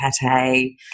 pate